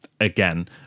again